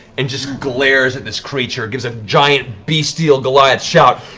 and just glares at this creature, gives a giant bestial goliath shout